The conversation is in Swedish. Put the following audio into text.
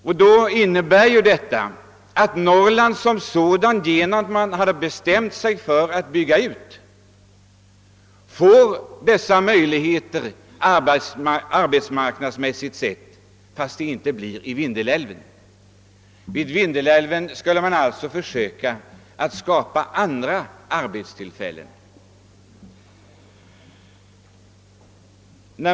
Detta innebär att Norrland genom att man bestämmer sig för att bygga ut får ökade möjligheter arbetsmarknadsmässigt sett, fast det inte blir i Vindelälven. Vid denna skulle man alltså försöka att skapa andra arbetstillfällen.